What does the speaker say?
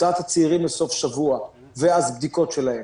הוצאת הצעירים לסוף שבוע ואז בדיקות שלהם